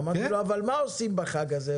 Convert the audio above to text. אמרתי לו: מה עושים בחג הזה?